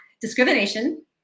discrimination